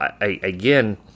again